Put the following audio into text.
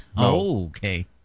Okay